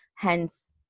hence